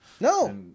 No